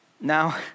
Now